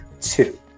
two